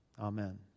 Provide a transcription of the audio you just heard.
Amen